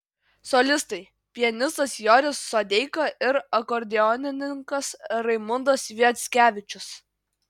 solistai pianistas joris sodeika ir akordeonininkas raimundas sviackevičius